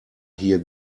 hear